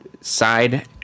side